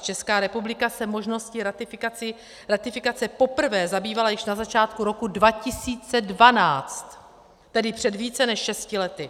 Česká republika se možností ratifikace poprvé zabývala již na začátku roku 2012, tedy před více než šesti lety.